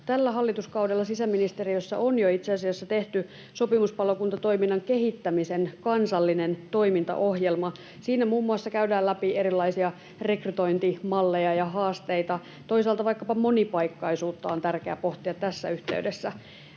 Tällä hallituskaudella sisäministeriössä on jo itse asiassa tehty sopimuspalokuntatoiminnan kehittämisen kansallinen toimintaohjelma. Siinä muun muassa käydään läpi erilaisia rekrytointimalleja ja haasteita. Toisaalta vaikkapa monipaikkaisuutta on tärkeää pohtia tässä yhteydessä.